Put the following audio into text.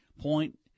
point